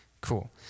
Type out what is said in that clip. Cool